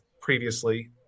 previously